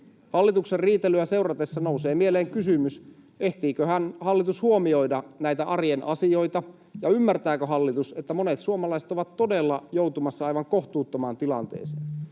Hallituksen riitelyä seuratessa nousee mieleen kysymys, ehtiiköhän hallitus huomioida näitä arjen asioita ja ymmärtääkö hallitus, että monet suomalaiset ovat todella joutumassa aivan kohtuuttomaan tilanteeseen.